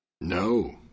No